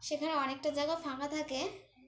সেখানে অনেকটা জায়গা ফাঁকা থাকে